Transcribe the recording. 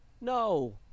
No